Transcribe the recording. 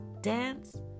dance